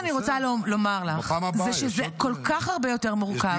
מה שאני רוצה לומר לך זה שזה כל כך הרבה יותר מורכב,